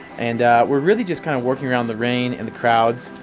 and we're really just kind of working around the rain and the crowds.